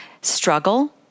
struggle